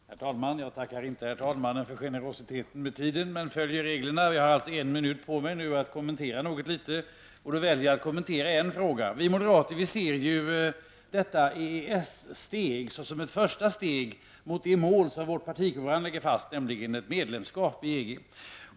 Herr talman! Jag tackar inte herr talmannen för generositeten med tiden men följer reglerna. Nu har jag alltså en minut på mig att något litet kommentera vad som har sagts, och då väljer jag att kommentera en fråga. Vi moderater ser ju detta EES-steg som ett första steg mot det mål som vårt partiprogram lägger fast, nämligen ett medlemskap i EG.